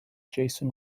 jason